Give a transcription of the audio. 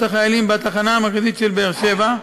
החיילים בתחנה המרכזית של באר-שבע,